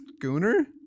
schooner